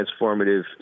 transformative